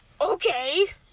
okay